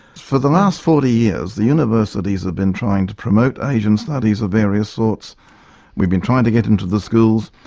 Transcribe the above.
for the last forty years the universities have been trying to promote asian studies of various sorts we've been trying to get into the schools.